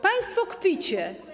Państwo kpicie.